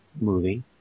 movie